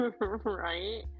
Right